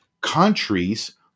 countries